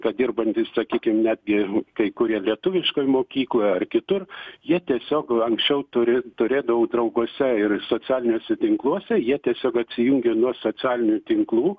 kad dirbantys sakykim netgi kai kurie lietuviškoj mokykloj ar kitur jie tiesiog anksčiau turi turėdavau drauguose ir socialiniuose tinkluose jie tiesiog atsijungė nuo socialinių tinklų